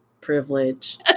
privilege